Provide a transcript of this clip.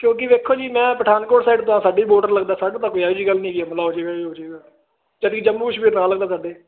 ਕਿਉਂਕਿ ਵੇਖੋ ਜੀ ਮੈਂ ਪਠਾਨਕੋਟ ਸਾਈਡ ਤੋਂ ਹਾਂ ਸਾਡੇ ਵੀ ਬੋਰਡਰ ਲੱਗਦਾ ਸਾਨੂੰ ਤਾਂ ਕੋਈ ਇਹੋ ਜਿਹੀ ਗੱਲ ਨਹੀਂ ਜੰਮੂ ਕਸ਼ਮੀਰ ਨਾਲ ਲੱਗਦਾ ਸਾਡੇ